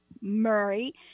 murray